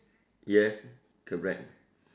yes correct